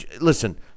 listen